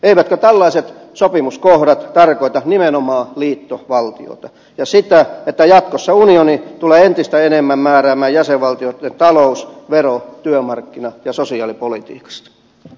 eivätkö tällaiset sopimuskohdat tarkoita nimenomaan liittovaltiota ja sitä että jatkossa unioni tulee entistä enemmän määräämään jäsenvaltioitten talous vero työmarkkina ja sosiaalipolitiikasta